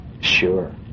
Sure